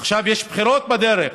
עכשיו יש בחירות בדרך.